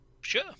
Sure